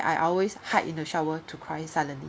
I always hide in the shower to cry silently